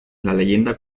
leyenda